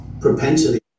propensity